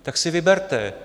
Tak si vyberte.